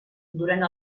durant